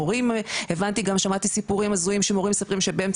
גם שמעתי סיפורים הזויים ממורים מספרים שבאמצע